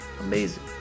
Amazing